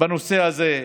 בנושא הזה.